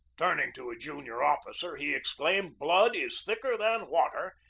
turning to a junior officer he exclaimed, blood is thicker than water,